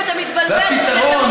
לא,